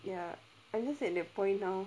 ya I just say the point now